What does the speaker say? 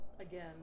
Again